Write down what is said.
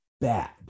bad